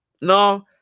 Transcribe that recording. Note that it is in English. No